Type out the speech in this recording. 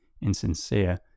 insincere